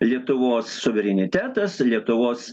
lietuvos suverenitetas lietuvos